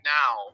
now